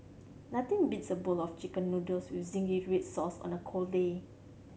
nothing beats a bowl of Chicken Noodles with zingy red sauce on a cold day